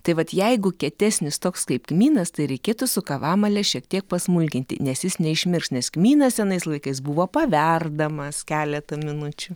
tai vat jeigu kietesnis toks kaip kmynas tai reikėtų su kavamale šiek tiek pasmulkinti nes jis neišmirks nes kmynas senais laikais buvo paverdamas keletą minučių